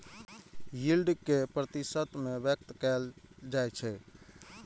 yield कें प्रतिशत मे व्यक्त कैल जाइ छै